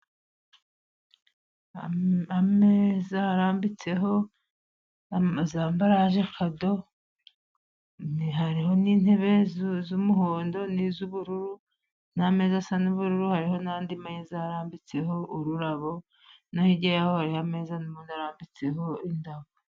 Ameza arambitseho z'ambaraje kado hariho n'intebe z'umuhondo n'iz'ubururu, ni ameza asa n'ubururu hari n'andi meza arambitseho ururabo, no hirya y'aho hariho ameza n'ubundi arambitseho ururabo.